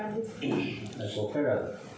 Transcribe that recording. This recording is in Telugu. బ్యాంక్ అకౌంట్ లో నామినీగా అటాచ్ చేయడం ఎలా?